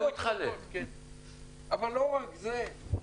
אבל לא רק זה.